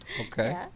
Okay